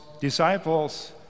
disciples